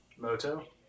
Moto